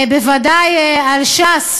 בוודאי על ש"ס,